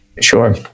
Sure